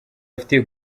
afitiye